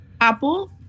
Apple